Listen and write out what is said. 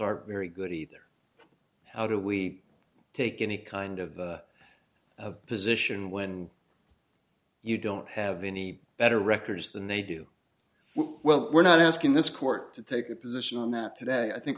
are very good either how do we take any kind of position when you don't have any better records than they do well we're not asking this court to take a position on that today i think